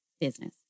business